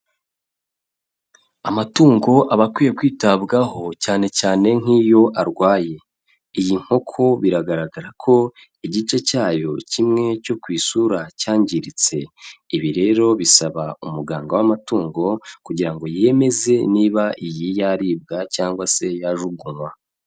Amatungo aba akwiye kwitabwaho cyanecyane nk'iyo arwaye, iyi nkoko biragaragara ko igice cyayo kimwe cyo ku isura cyangiritse, ibi rero bisaba umuganga w'amatungo kugira ngo yemeze niba iyi yaribwa cyangwa se yajugunywa.